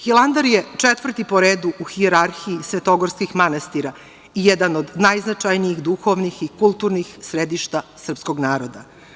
Hilandar je četvrti po redu u hijerarhiji svetogorskih manastira i jedan od najznačajnijih duhovnih i kulturnih središta srpskog naroda.